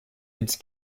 its